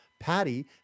Patty